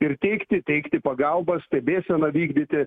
ir teikti teikti pagalbą stebėseną vykdyti